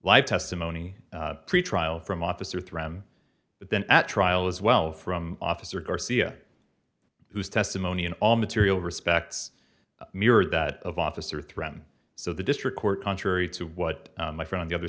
live testimony pretrial from officer through but then at trial as well from officer garcia whose testimony in all material respects mirrored that of officer threaten so the district court contrary to what my from the other